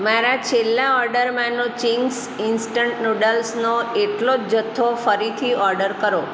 મારા છેલ્લા ઓર્ડરમાંનો ચિન્ગ્સ ઇન્સ્ટન્ટ નૂડલ્સનો એટલો જ જથ્થો ફરીથી ઓર્ડર કરો